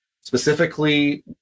Specifically